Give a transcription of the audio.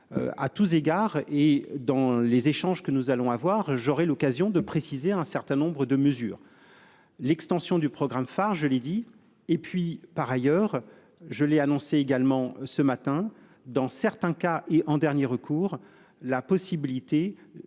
À tous égards et dans les échanges que nous allons avoir, j'aurai l'occasion de préciser un certain nombre de mesures. L'extension du programme phare, je l'ai dit et puis par ailleurs je l'ai annoncé également ce matin dans certains cas et en dernier recours la possibilité